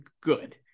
good